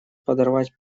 подорвать